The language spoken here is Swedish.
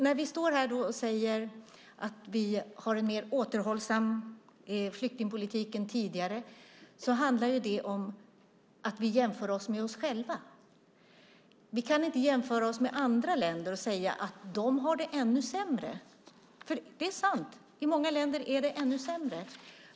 När vi står här och säger att vi har en mer återhållsam flyktingpolitik än tidigare handlar det om att vi jämför oss med oss själva. Vi kan inte jämföra oss med andra länder och säga att de har det ännu sämre. Det är sant. Det är ännu sämre i många länder.